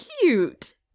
cute